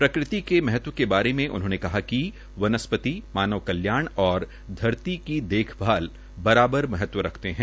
प्रकृति के महत्व के बारे में बताते हए उन्होंने कहा कि वनस्पति मानव कल्याण और धरती की देख भाल बराबर महत्व रखते हैं